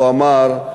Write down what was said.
הוא אמר: